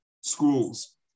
schools